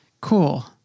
cool